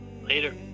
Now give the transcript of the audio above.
Later